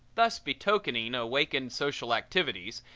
thus betokening awakened social activities,